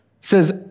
says